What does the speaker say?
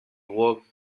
works